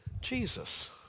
Jesus